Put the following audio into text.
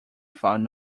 found